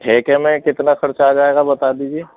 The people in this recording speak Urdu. ٹھیکے میں کتنا خرچہ آ جائے گا بتا دیجیے